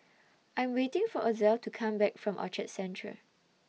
I Am waiting For Ozell to Come Back from Orchard Central